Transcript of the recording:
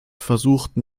versuchten